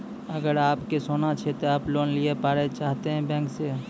अगर आप के सोना छै ते आप लोन लिए पारे चाहते हैं बैंक से?